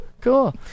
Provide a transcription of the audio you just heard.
Cool